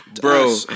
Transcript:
Bro